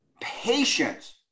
patience